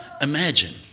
imagine